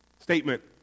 statement